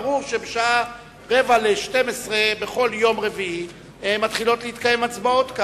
ברור שבשעה 11:45 בכל יום רביעי מתחילות להתקיים כאן הצבעות.